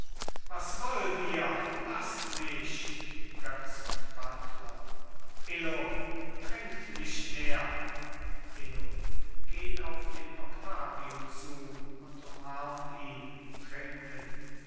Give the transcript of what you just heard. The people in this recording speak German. was wollt ihr laßt mich götz und buttler illo trinkt nicht mehr illo geht auf den octavio zu und umarmt ihn trinkend